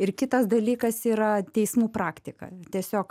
ir kitas dalykas yra teismų praktika tiesiog